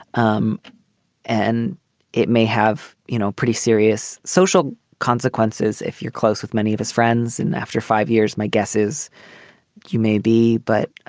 um and it may have, you know, pretty serious social consequences if you're close with many of his friends. and after five years, my guess is you may be, but